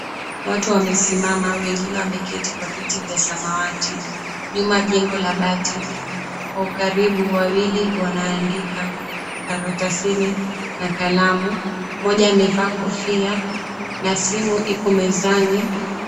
Watu wamesimama, wengine wameketi kwa viti vya samawati, nyuma kuna jengo la bati. Kwa ukaribu, wawili wanaandika karatasini kwa kutumia kalamu, mmoja amevaa kofia na simu iko mezani.